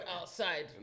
outside